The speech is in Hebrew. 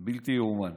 פשוט בלתי ייאמן.